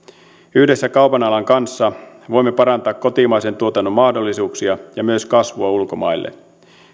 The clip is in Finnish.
yhdessä kaupan alan kanssa voimme parantaa kotimaisen tuotannon mahdollisuuksia ja myös kasvua ulkomaille